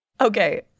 Okay